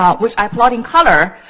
um which i plot in color,